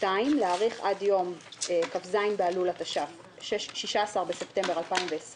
(2)להאריך עד יום כ"ז באלול התש"ף (16 בספטמבר 2020)